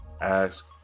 ask